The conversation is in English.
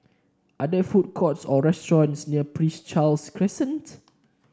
are there food courts or restaurants near Prince Charles Crescent